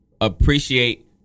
appreciate